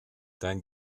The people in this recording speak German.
dein